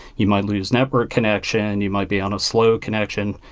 you might lose network connection and you might be on a slow connection.